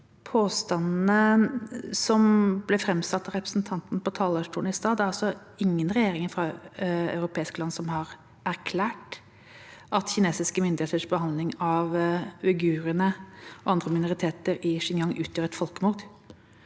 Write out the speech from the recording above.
påstandene som ble framsatt av representanten fra talerstolen i stad. Det er ingen regjeringer fra europeiske land som har erklært at kinesiske myndigheters behandling av uigurene og andre minoriteter i Xinjiang utgjør et folkemord.